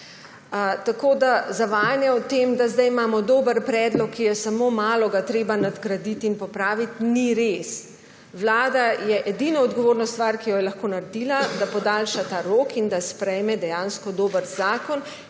zavajanje, da sedaj imamo dober predlog, ki ga je treba samo malo nadgraditi in popraviti. To ni res. Vlada edino odgovorno stvar, ki jo je lahko naredila, je, da podaljša ta rok in da sprejme dejansko dober zakon.